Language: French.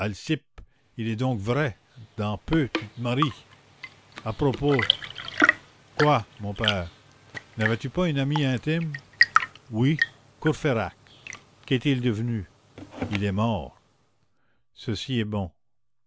il est donc vrai dans peu tu te maries à propos quoi mon père navais tu pas un ami intime oui courfeyrac qu'est-il devenu il est mort ceci est bon